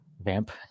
vamp